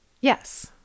Yes